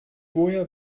woher